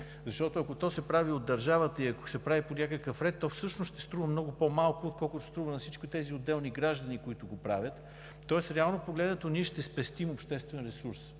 обществото. Ако то се прави от държавата и ако се прави по някакъв ред, то всъщност ще струва много по-малко, отколкото струва на всички тези отделни граждани, които го правят. Тоест реално погледнато ние ще спестим обществен ресурс.